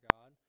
God